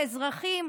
באזרחים,